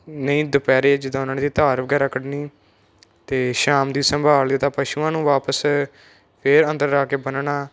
ਨਹੀਂ ਦੁਪਹਿਰੇ ਜਿੱਦਾਂ ਉਹਨਾਂ ਦੀ ਧਾਰ ਵਗੈਰਾ ਕੱਢਣੀ ਅਤੇ ਸ਼ਾਮ ਦੀ ਸੰਭਾਲ ਲਈ ਤਾਂ ਪਸ਼ੂਆਂ ਨੂੰ ਵਾਪਸ ਫਿਰ ਅੰਦਰ ਜਾ ਕੇ ਬੰਨ੍ਹਣਾ